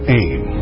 aim